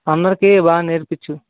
అందరికీ బాగా నేర్పించు